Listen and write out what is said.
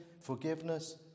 forgiveness